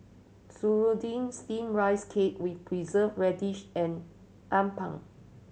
serunding Steamed Rice Cake with Preserved Radish and appam